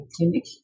clinic